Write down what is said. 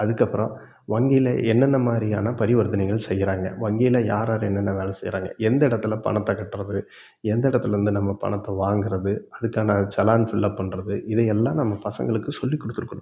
அதுக்கப்புறம் வங்கியில் என்னென்ன மாதிரியான பரிவர்த்தனைகள் செய்கிறாங்க வங்கியில் யார் யார் என்னென்ன வேலை செய்கிறாங்க எந்த இடத்துல பணத்தை கட்டுறது எந்த இடத்துலருந்து நம்ம பணத்தை வாங்குறது அதுக்கான செலான் ஃபில்அப் பண்ணுறது இதையெல்லாமே நம்ம பசங்களுக்கு சொல்லிக் கொடுத்துருக்கணும்